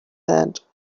hand